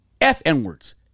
F-N-words